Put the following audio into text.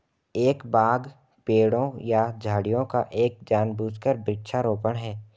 एक बाग पेड़ों या झाड़ियों का एक जानबूझकर वृक्षारोपण है